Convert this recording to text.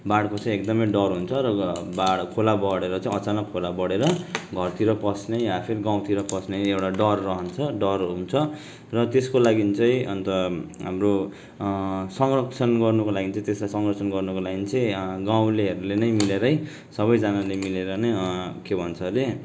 बाढको चाहिँ एकदमै डर हुन्छ खोला बढेर चाहिँ अचानक खोला बढेर बाढ घरतिर पस्ने फेरि गाउँतिर पस्ने एउटा डर रहन्छ डर हुन्छ र त्यसको लागि चाहिँ अन्त हाम्रो संरक्षण गर्नुको लागि चाहिँ त्यसलाई संरक्षण गर्नुको लागि चाहिँ गाउँलेहरूले मिलेरै सबैजनाले मिलेर नै के भन्छ अरे